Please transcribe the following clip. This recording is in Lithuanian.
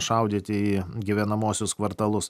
šaudyti į gyvenamuosius kvartalus